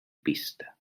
pista